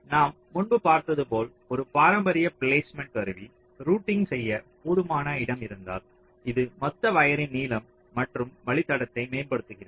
நாம் முன்பு பார்த்தது போல் ஒரு பாரம்பரிய பிளேஸ்மெண்ட் கருவி ரூட்டிங் செய்ய போதுமான இடம் இருந்தால் இதுமொத்த வயரின் நீளம் மற்றும் வழித்தடத்தை மேம்படுத்துகிறது